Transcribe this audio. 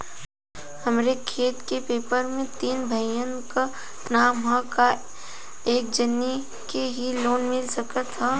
हमरे खेत के पेपर मे तीन भाइयन क नाम ह त का एक जानी के ही लोन मिल सकत ह?